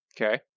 Okay